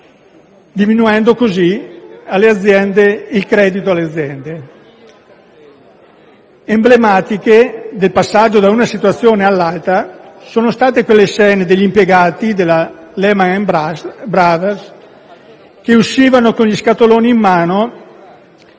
diminuendo così il credito alle aziende.